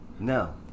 No